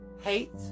hate